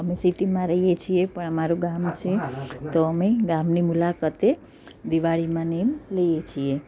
અમે સિટીમાં રહીએ છીએ પણ અમારું ગામ છે તો અમે ગામની મુલાકાતે દિવાળીમાં ને એમ જઈએ છીએ